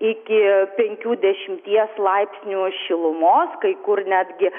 iki penkių dešimties laipsnių šilumos kai kur netgi